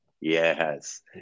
Yes